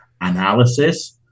analysis